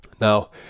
Now